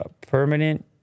Permanent